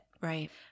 Right